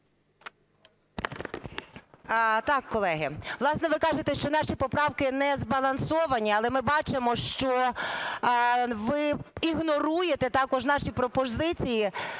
І.О. Колеги, власне, ви кажете, що наші поправки не збалансовані, але ми бачимо, що ви ігноруєте також наші пропозиції